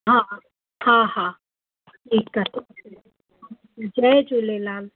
हा हा हा ठीकु आहे ठीकु आहे जय झूलेलाल